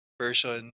person